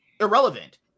irrelevant